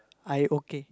I okay